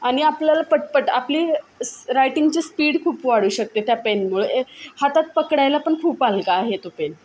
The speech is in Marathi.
आणि आपल्याला पटपट आपली स्स रायटिंगची स्पीड खूप वाढू शकते त्या पेनमुळे हातात पकडायला पण खूप हलका आहे तो पेन